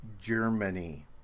Germany